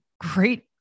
great